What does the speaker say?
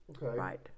Right